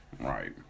right